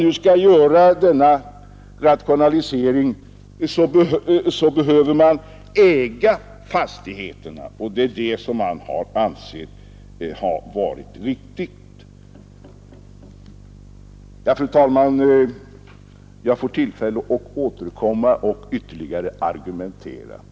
För att göra en rationalisering behöver man äga fastigheterna, vilket vi ansett vara riktigt. Fru talman! Jag får säkert tillfälle att återkomma och argumentera ytterligare.